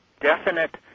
definite